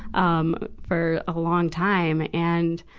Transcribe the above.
um, for a long time. and,